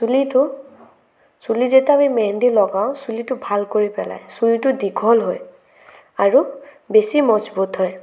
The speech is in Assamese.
চুলিটো চুলিত যেতিয়া আমি মেহেণ্ডি লগাও চুলিটো ভাল কৰি পেলাই চুলিটো দীঘল হয় আৰু বেছি মজবুত হয়